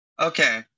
Okay